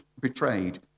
betrayed